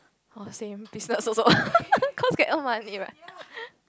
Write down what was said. orh same business also cause can earn money right